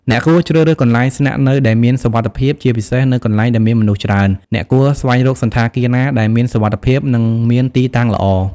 អ្នកគួរជ្រើសរើសកន្លែងស្នាក់នៅដែលមានសុវត្ថិភាព ជាពិសេសនៅកន្លែងដែលមានមនុស្សច្រើន អ្នកគួរស្វែងរកសណ្ឋាគារណាដែលមានសុវត្ថិភាព និងមានទីតាំងល្អ។